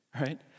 right